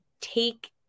take